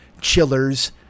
chillers